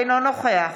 אינו נוכח